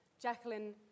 Jacqueline